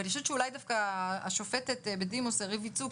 ואני חושבת שאולי דווקא השופטת בדימוס ריבי צוק,